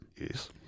Yes